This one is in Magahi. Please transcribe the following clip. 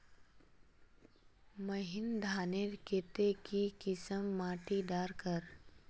महीन धानेर केते की किसम माटी डार कर?